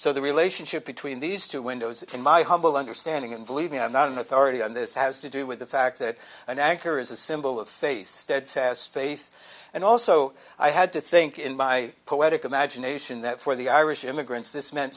the relationship between these two windows in my humble understanding and believing i'm not an authority on this has to do with the fact that an anchor is a symbol of face steadfast faith and also i had to think in my poetic imagination that for the irish immigrants this me